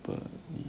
per~